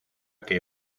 que